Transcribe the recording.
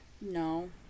No